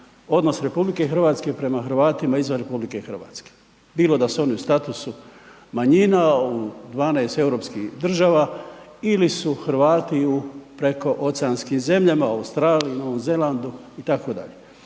odnos prema odnos RH prema Hrvatima izvan RH. Bilo da su oni u statusu manjina u 12 europskih država ili su Hrvati u prekooceanskim zemljama u Australiji, Novom Zelandu itd.